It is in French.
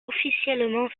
officiellement